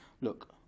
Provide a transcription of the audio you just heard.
Look